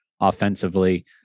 offensively